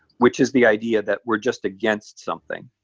which is the idea that we're just against something,